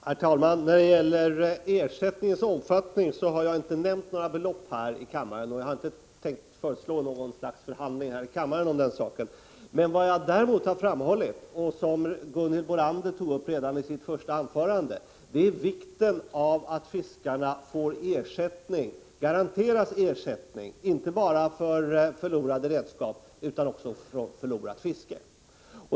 Herr talman! När det gäller ersättningens omfattning har jag inte nämnt några belopp i kammaren och jag har inte tänkt föreslå något slags förhandlingar i kammaren om den saken. Vad jag däremot har framhållit, vilket Gunhild Bolander tog upp redan i sitt första anförande, är vikten av att fiskarna garanteras ersättning, inte bara för förlorade redskap utan också för förlorat fiske.